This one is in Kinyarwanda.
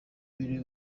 biri